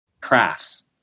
crafts